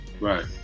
Right